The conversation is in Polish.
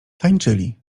tańczyli